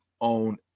own